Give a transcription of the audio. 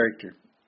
character